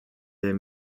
des